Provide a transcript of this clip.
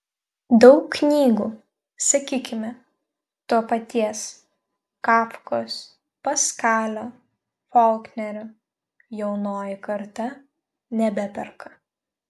daug knygų sakykime to paties kafkos paskalio folknerio jaunoji karta nebeperka